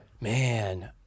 Man